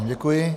Děkuji.